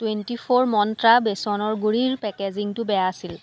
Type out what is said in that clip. twenty four Mantra বেচনৰ গুড়িৰ পেকেজিংটো বেয়া আছিল